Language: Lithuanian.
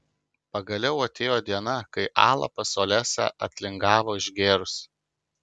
pagaliau atėjo diena kai ala pas olesią atlingavo išgėrusi